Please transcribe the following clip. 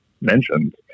mentioned